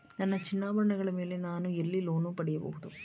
ನನ್ನ ಚಿನ್ನಾಭರಣಗಳ ಮೇಲೆ ನಾನು ಎಲ್ಲಿ ಲೋನ್ ಪಡೆಯಬಹುದು?